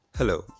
Hello